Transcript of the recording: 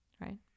right